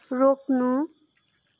रोक्नु